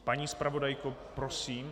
Paní zpravodajko, prosím.